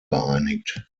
geeinigt